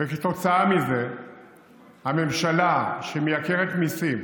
וכתוצאה מזה הממשלה, שמייקרת מיסים,